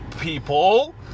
people